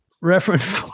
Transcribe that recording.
Reference